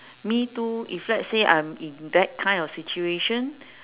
me too if let's say I am in that kind of situation